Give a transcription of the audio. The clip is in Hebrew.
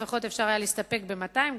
אפשר היה להסתפק ב-200,